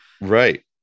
Right